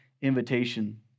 invitation